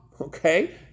okay